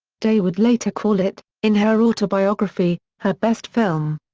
day would later call it, in her autobiography, her best film.